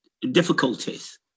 difficulties